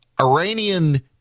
Iranian